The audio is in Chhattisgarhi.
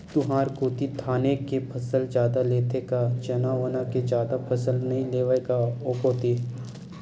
तुंहर कोती धाने के फसल जादा लेथे का चना वना के जादा फसल नइ लेवय का ओ कोती?